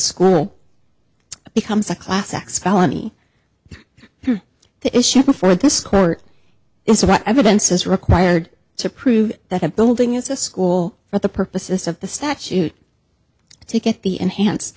school becomes a class x felony the issue before this court is what evidence is required to prove that a building is a school for the purposes of the statute to get the enhanced